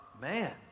man